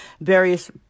various